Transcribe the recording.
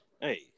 hey